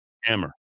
hammer